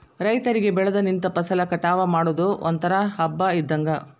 ರೈತರಿಗೆ ಬೆಳದ ನಿಂತ ಫಸಲ ಕಟಾವ ಮಾಡುದು ಒಂತರಾ ಹಬ್ಬಾ ಇದ್ದಂಗ